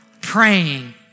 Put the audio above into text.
praying